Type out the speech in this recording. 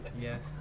Yes